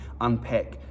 unpack